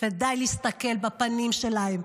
ודי להסתכל בפנים שלהם,